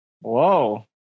Whoa